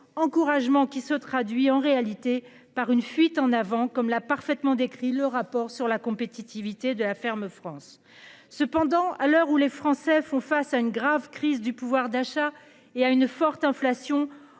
encouragements qui se traduit en réalité par une fuite en avant, comme l'a parfaitement décrit le rapport sur la compétitivité de la ferme France cependant à l'heure où les Français font face à une grave crise du pouvoir d'achat et à une forte inflation.